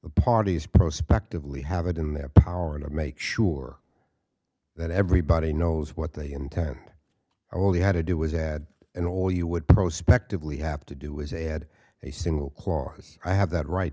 the parties prospectively have it in their power to make sure that everybody knows what they intend only had to do was add and all you would prospect of lee have to do is add a single clause i have that right